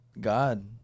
God